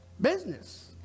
business